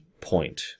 point